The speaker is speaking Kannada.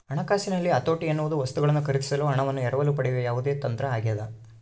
ಹಣಕಾಸಿನಲ್ಲಿ ಹತೋಟಿ ಎನ್ನುವುದು ವಸ್ತುಗಳನ್ನು ಖರೀದಿಸಲು ಹಣವನ್ನು ಎರವಲು ಪಡೆಯುವ ಯಾವುದೇ ತಂತ್ರ ಆಗ್ಯದ